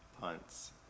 punts